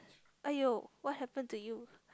!aiyo! what happen to you